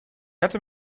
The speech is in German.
hatte